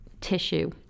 tissue